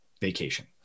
vacation